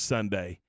Sunday